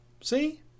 See